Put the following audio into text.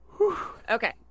Okay